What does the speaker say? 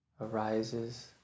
arises